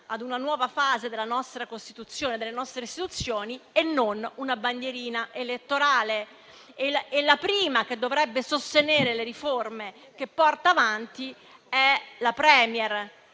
a una nuova fase della nostra Costituzione e delle nostre istituzioni, e non una bandierina elettorale. E la prima che dovrebbe sostenere le riforme che porta avanti è la *Premier*